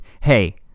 hey